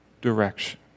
direction